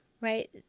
right